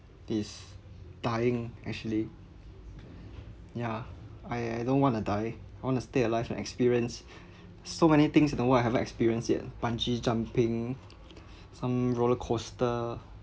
this dying actually yeah I I I don't want to die I want to stay alive and experience so many things in the world I haven't experienced yet ah bungee jumping some roller coaster